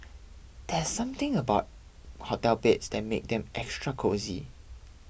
there's something about hotel beds that makes them extra cosy